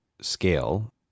scale